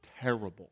terrible